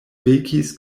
vekis